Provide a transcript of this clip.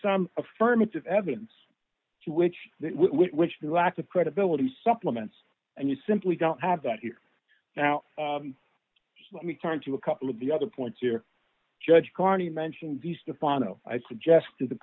some affirmative evidence to which we which the lack of credibility supplements and you simply don't have that here now let me turn to a couple of the other points here judge carney mentioned the final i suggest to the